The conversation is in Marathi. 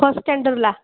फर्स्ट स्टँडरला